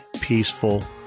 peaceful